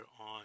on